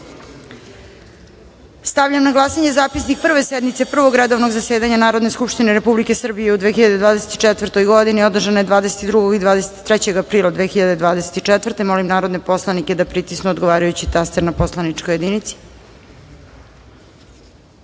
na glasanje zapisnik Prve sednice Prvog redovnog zasedanja Narodne skupštine Republike Srbije u 2024. godini, održane 22. i 23. aprila 2024. godine. Molim narodne poslanike da pritisnu odgovarajući taster na poslaničkoj